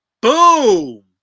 Boom